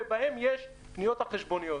ובהם יש פניות החשבוניות.